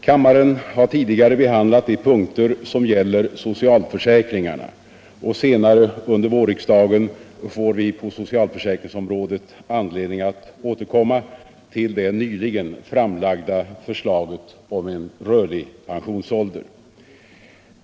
Kammaren har tidigare behandlat de punkter som gäller socialförsäkringarna, och senare under vårriksdagen får vi på socialförsäkringsområdet anledning att återkomma till det nyligen framlagda förslaget om en rörlig pensionsålder.